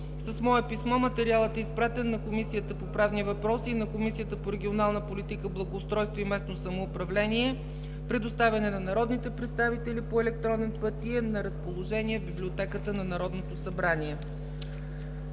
С мое писмо материалът е изпратен на Комисията по правни въпроси и на Комисията по регионална политика, благоустройство и местно самоуправление. Предоставен е на народните представители по електронен път и е на разположение в Библиотеката на Народното събрание.